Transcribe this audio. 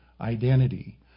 identity